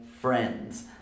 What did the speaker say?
friends